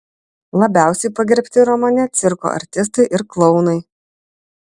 labiausiai pagerbti romane cirko artistai ir klounai